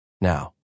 now